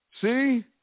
see